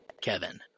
Kevin